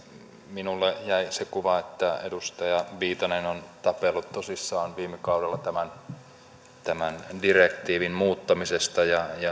minulle jäi se kuva että edustaja viitanen on tapellut tosissaan viime kaudella tämän direktiivin muuttamisesta ja